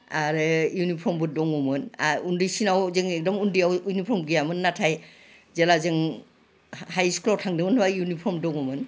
आरो इउनिफर्मबो दङमोन उन्दैसिनाव जों एखदम उन्दैयाव इउनिफर्म गैयामोन नाथाय जेला जों हाइस्कुलाव थांदोंमोन इउनिफर्म दङमोन